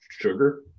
sugar